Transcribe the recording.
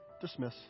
dismiss